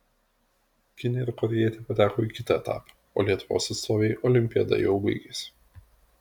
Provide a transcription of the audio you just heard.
kinė ir korėjietė pateko į kitą etapą o lietuvos atstovei olimpiada jau baigėsi